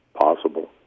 possible